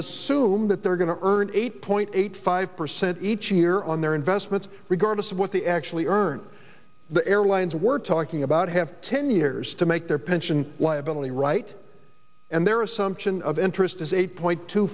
assume that they're going to earn eight point eight five percent each year on their investments regardless of what the actually earn the airlines we're talking about have ten years to make their pension liability right and their assumption of interest is eight point two